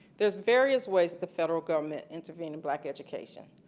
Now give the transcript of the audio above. there are various ways the federal government intervenes in black education.